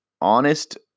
Honest